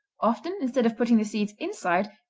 often, instead of putting the seeds inside,